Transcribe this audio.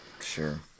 Sure